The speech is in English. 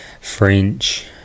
French